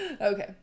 Okay